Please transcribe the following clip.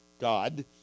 God